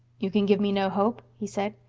you can give me no hope? he said.